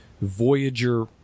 Voyager